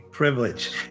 Privilege